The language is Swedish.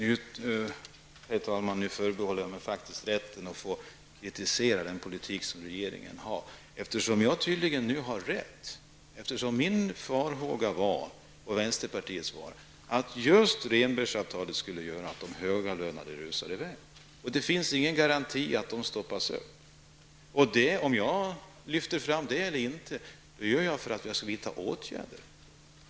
Herr talman! Nu förbehåller jag mig faktiskt rätten att få kritisera den politik som regeringen för. Jag har tydligen rätt. Min och vänsterpartiets farhågor gick ut på att just Rehnbergsavtalet skulle medföra att de högavlönade rusade i väg. Det finns ingen garanti för att de skall stoppas. Om jag lyfter fram någonting är det för att det skall vidtas åtgärder.